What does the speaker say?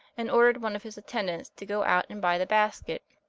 and ordered one of his attendants to go out and buy the basket.